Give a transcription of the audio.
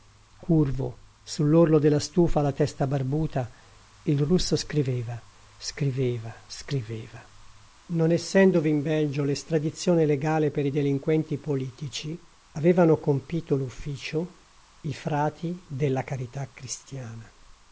curvo sull'orlo della stufa la testa barbuta il russo scriveva scriveva scriveva non essendovi in belgio l'estradizione legale per i delinquenti politici avevano compito l'ufficio i frati della carità cristiana